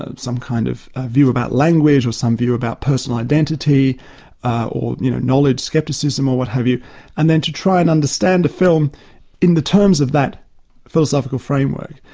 ah some kind of view about language or some view about personal identity or knowledge, scepticism or what have you and then to try and understand the film in the terms of that philosophical framework.